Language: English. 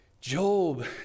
Job